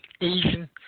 Asian